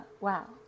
wow